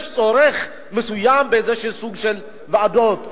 יש צורך מסוים באיזה סוג של ועדות.